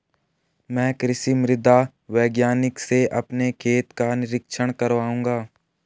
मैं कृषि मृदा वैज्ञानिक से अपने खेत का निरीक्षण कराऊंगा